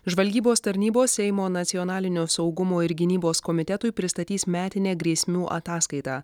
žvalgybos tarnybos seimo nacionalinio saugumo ir gynybos komitetui pristatys metinę grėsmių ataskaitą